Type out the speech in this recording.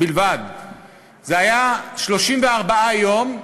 זה היה 34 יום,